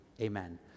amen